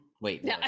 wait